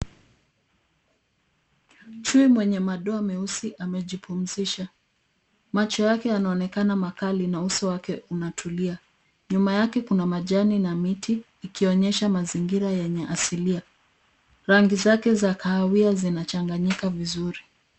Chui mwenye madoa meusi amejipumzisha. Macho yake yanaonekana makali na uso wake unatulia. Nyuma yake kuna majani na miti ikionyesha mazingira yenye asilia. Rangi zake za kahawia zinachanganyika vizuri.